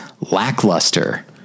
lackluster